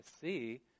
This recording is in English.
see